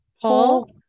paul